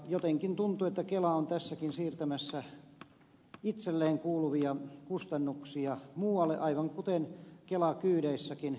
jotenkin tuntuu että kela on tässäkin siirtämässä itselleen kuuluvia kustannuksia muualle aivan kuten kelakyydeissäkin taksiautoilijoille